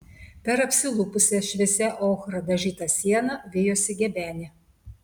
per apsilupusią šviesia ochra dažytą sieną vijosi gebenė